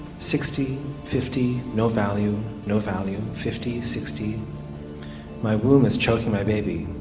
sixty fifty no value no value fifty sixty my womb is choking my baby.